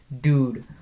Dude